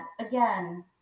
again